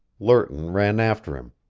lerton ran after him.